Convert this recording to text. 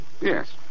Yes